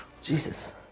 Jesus